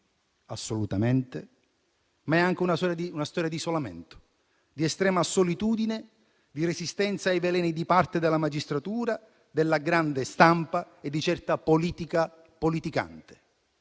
assolutamente - ma è anche una storia di isolamento, di estrema solitudine, di resistenza ai veleni di parte della magistratura, della grande stampa e di certa politica politicante.